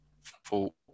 full